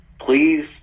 please